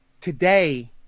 today